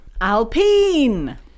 Alpine